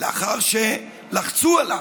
לאחר שלחצו עליו,